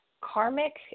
karmic